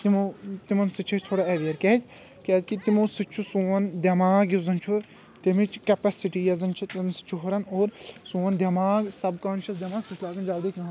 تِمو تِمن سۭتۍ چھ أسی تھوڑا ایٚویر کیاز کیٛازِ کہ تِمو سۭتۍ چُھ سون دٮ۪ماغ یُس زن چھُ تٔمِچ کیٚپیسٹی یۄس زن چھِ سُہ تہِ چھُ ہُران تہٕ سون دٮ۪ماغ سبکانشٮ۪س دٮ۪ماغ سُہ چھِ لاگان جلدی کٲم کرٕنۍ